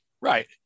right